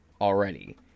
Already